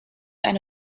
eine